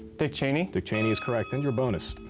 dick cheney. dick cheney is correct. and your bonus.